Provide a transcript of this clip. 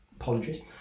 Apologies